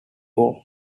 war